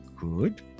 Good